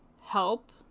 help